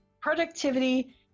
Productivity